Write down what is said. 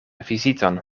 viziton